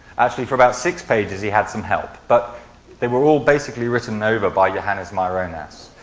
actually, for about six pages, he had some help. but they were all basically written over by johannes myronas.